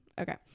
okay